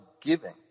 giving